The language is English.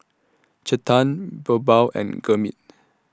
Chetan Birbal and Gurmeet